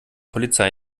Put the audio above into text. polizei